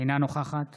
אינה נוכחת